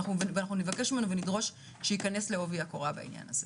ואנחנו נבקש ממנו ונדרוש שייכנס לעובי הקורה בעניין הזה.